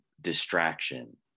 distraction